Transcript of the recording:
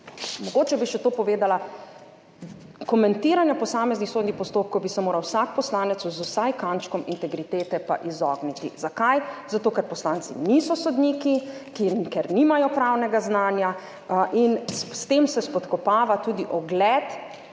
Mogoče bi še to povedala. Komentiranja posameznih sodnih postopkov bi se moral vsak poslanec z vsaj kančkom integritete izogniti. Zakaj? Zato, ker poslanci niso sodniki, ker nimajo pravnega znanja in s tem se spodkopava strokovni ugled